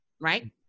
right